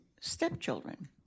stepchildren